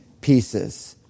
pieces